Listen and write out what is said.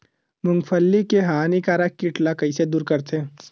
मूंगफली के हानिकारक कीट ला कइसे दूर करथे?